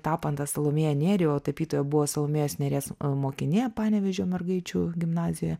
tapant tą salomėją nėrį o tapytoja buvo salomėjos nėries mokinė panevėžio mergaičių gimnazijoje